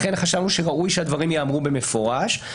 לכן חשבנו שראוי שהדברים ייאמרו במפורש.